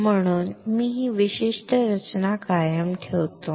म्हणून मी ही विशिष्ट रचना कायम ठेवत आहे